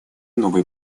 новые